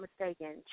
mistaken